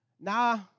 nah